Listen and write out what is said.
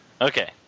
okay